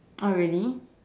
oh really